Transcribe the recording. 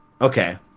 okay